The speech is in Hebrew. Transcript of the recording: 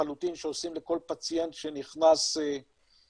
לחלוטין שעושים לכל פציינט שנכנס לבית